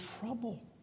trouble